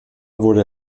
wurde